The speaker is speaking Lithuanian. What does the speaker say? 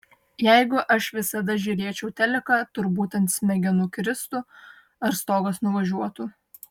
jeigu aš visada žiūrėčiau teliką turbūt ant smegenų kristų ar stogas nuvažiuotų